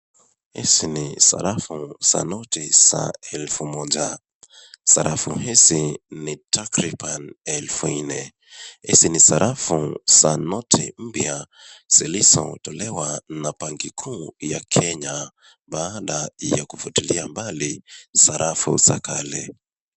Hizi ni sarafu za noti za elfu moja. Sarafu hizi ni takriban elfu nne. Hizi ni sarafu za noti mpya zilizotolewa na banki kuu ya Kenya baada ya kufutilia mbali sarafu za kale.